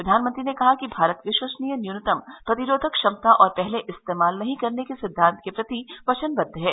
प्रधानमंत्री ने कहा कि भारत विश्वसनीय न्यूनतम प्रतिरोधक क्षमता और पहले इस्तेमाल नहीं करने के सिद्वांत के प्रति वचनबद्व है